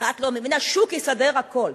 את לא מבינה, השוק יסדר הכול,